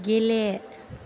गेले